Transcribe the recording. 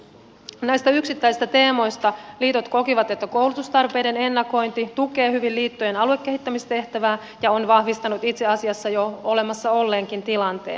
näistä yksittäisistä teemoista liitot kokivat että koulutustarpeiden ennakointi tukee hyvin liittojen aluekehittämistehtävää ja on vahvistanut itse asiassa jo olemassa olleenkin tilanteen